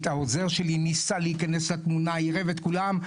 העוזר שלי ניסה להיכנס לתמונה, עירב את כולם.